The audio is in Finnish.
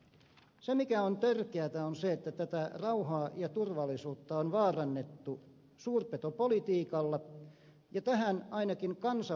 se mikä on törkeätä on se että tätä rauhaa ja turvallisuutta on vaarannettu suurpetopolitiikalla ja tähän ainakin kansa vaatii muutosta